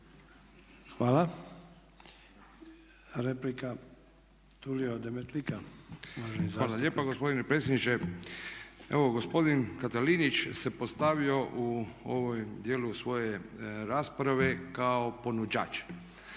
**Demetlika, Tulio (IDS)** Hvala lijepa gospodine predsjedniče. Evo gospodin Katalinić se postavio u ovom djeluje svoje rasprave kao ponuđač.